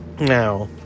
now